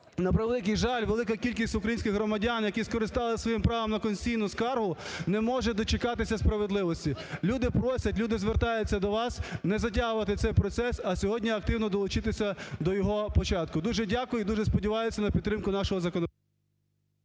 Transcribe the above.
на превеликий жаль, велика кількість українських громадян, які скористались своїм правом на конституційну скаргу, не може дочекатися справедливості. Люди просять, люди звертаються до вас не затягувати цей процес, а сьогодні активно долучитися до його початку. Дуже дякую. Дуже сподіваюся на підтримку нашого законо…